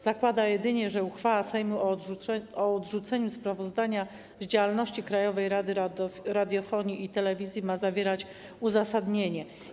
Zakłada jedynie, że uchwała Sejmu o odrzuceniu sprawozdania z działalności Krajowej Rady Radiofonii i Telewizji ma zawierać uzasadnienie.